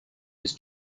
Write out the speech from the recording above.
his